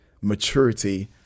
maturity